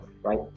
Right